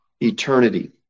eternity